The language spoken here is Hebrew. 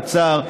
האוצר,